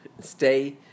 Stay